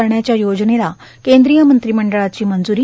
करण्याच्या योजनेला केंद्रीय मंत्रिमंडळाची मंज्री